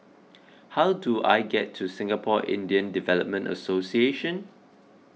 how do I get to Singapore Indian Development Association